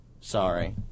Sorry